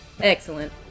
Excellent